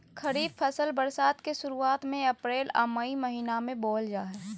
खरीफ फसल बरसात के शुरुआत में अप्रैल आ मई महीना में बोअल जा हइ